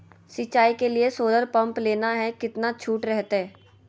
सिंचाई के लिए सोलर पंप लेना है कितना छुट रहतैय?